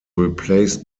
replaced